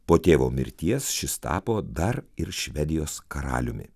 po tėvo mirties šis tapo dar ir švedijos karaliumi